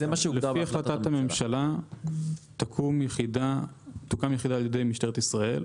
לפי החלטת הממשלה, תוקם יחידה על ידי משטרת ישראל,